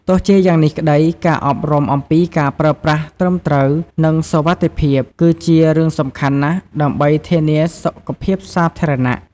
ទោះជាយ៉ាងនេះក្តី ការអប់រំអំពីការប្រើប្រាស់ត្រឹមត្រូវ និងសុវត្ថិភាព គឺជារឿងសំខាន់ណាស់ដើម្បីធានាសុខភាពសាធារណៈ។